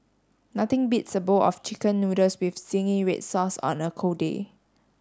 nothing beats a bowl of chicken noodles with zingy red sauce on a cold day